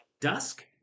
Dusk